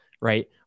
right